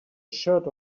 shirt